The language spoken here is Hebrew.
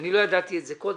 אני לא ידעתי את זה קודם,